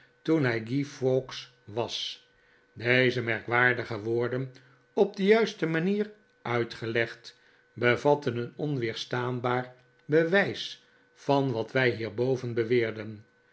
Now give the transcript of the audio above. guy fawkes was deze merkwaardige woorden op de juiste manier uitgelegd bevatten een onweerstaanbaar bewijs van wat wij hierboven beweerden